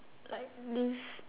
like this